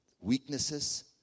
weaknesses